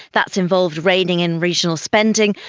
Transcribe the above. that's involved reining in regional spending.